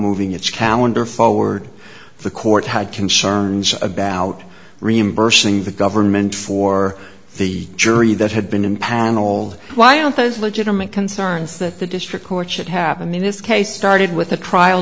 moving its calendar forward the court had concerns about reimbursing the government for the jury that had been impaneled why aren't those legitimate concerns that the district court should happen in this case started with a trial